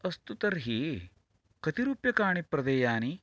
अस्तु तर्हि कति रूप्यकाणि प्रदेयानि